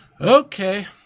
Okay